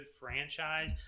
franchise